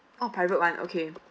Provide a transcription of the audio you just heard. orh private one okay